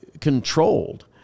controlled